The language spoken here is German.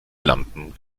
lampen